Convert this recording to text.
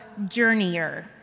journeyer